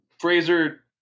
Fraser